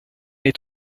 est